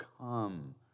come